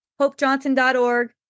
hopejohnson.org